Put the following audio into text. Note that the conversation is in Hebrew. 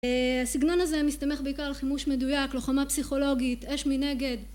הסגנון הזה מסתמך בעיקר על חימוש מדויק, לוחמה פסיכולוגית, אש מנגד